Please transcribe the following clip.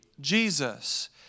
Jesus